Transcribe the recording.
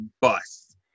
bus